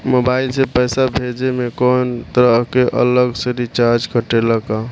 Mobile से पैसा भेजे मे कौनों तरह के अलग से चार्ज कटेला का?